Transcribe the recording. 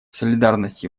солидарность